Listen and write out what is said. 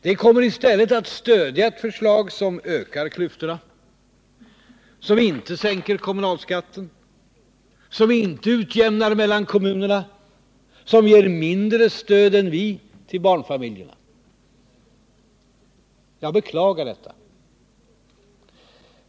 De kommer i stället att stödja ett förslag som ökar klyftorna, som inte sänker kommunalskatten, som inte utjämnar mellan kommunerna, som ger mindre stöd åt barnfamiljerna. Jag beklagar detta.